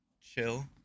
chill